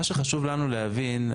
מה שחשוב לנו להבין,